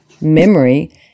memory